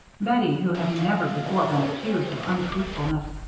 bettie, who had never before been accused of untruthfulness,